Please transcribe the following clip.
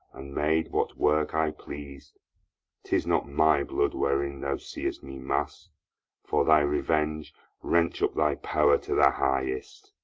and made what work i pleas'd tis not my blood wherein thou seest me mask'd for thy revenge wrench up thy power to the highest.